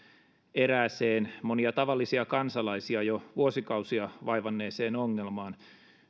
erääseen monia tavallisia kansalaisia jo vuosikausia vaivanneeseen ongelmaan